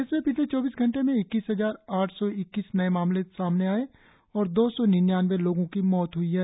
देश में पिछले चौबीस घंटे में इक्कीस हजार आठ सौ इक्कीस नए मामले सामने आए और दो सौ निन्यानवे लोगो की मौत हई है